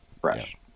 fresh